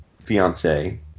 fiance